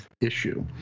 issue